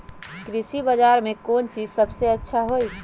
कृषि बजार में कौन चीज सबसे अच्छा होई?